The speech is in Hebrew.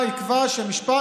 "או לפחד.